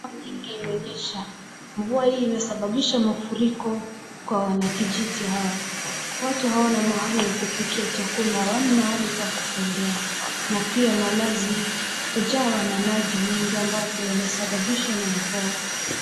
Mvua nyingi imenyesha. Mvua hii imesababisha mafuriko kwa wanakijiji hawa. Watu hawana mahali ya kupikia chakula, hawana mahali pa kutembea na pia malazi kujawa na maji nyingi ambapo yamesababishwa na mvua.